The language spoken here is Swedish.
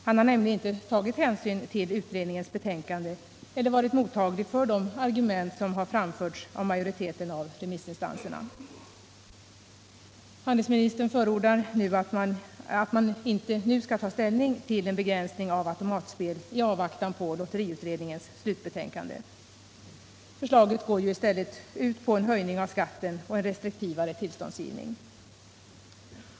Han har nämligen inte tagit hänsyn till utredningens betänkande eller varit mottaglig för de argument som har framförts av majoriteten av remissinstanserna. Handelsministern förordar att man inte nu skall ta ställning till en begränsning av automatspel i avvaktan på lotteriutredningens slutbetänkande. Förslaget går i stället ut på en höjning av skatten och en restriktivare tillståndsgivning.